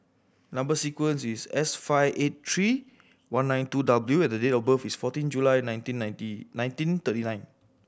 number sequence is S five eight three one nine two W and the date of birth is fourteen July nineteen ninety nineteen thirty nine